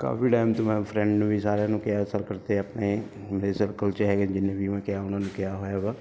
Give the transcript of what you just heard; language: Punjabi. ਕਾਫੀ ਟਾਈਮ ਤੋਂ ਮੈਂ ਫਰੈਂਡ ਨੂੰ ਵੀ ਸਾਰਿਆਂ ਨੂੰ ਕਿਹਾ ਸਰਕਲ 'ਤੇ ਆਪਣੇ ਹੈਗੇ ਜਿੰਨੇ ਵੀ ਮੈਂ ਕਿਹਾ ਉਹਨਾਂ ਨੂੰ ਕਿਹਾ ਹੋਇਆ ਵਾ